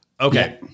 Okay